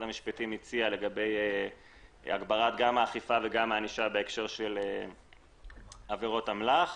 המשפטים הציע לגבי הגברת האכיפה והענישה בהקשר של עבירות אמל"ח.